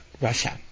Russia